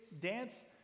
dance